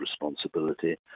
responsibility